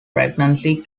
pregnancy